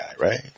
right